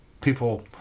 people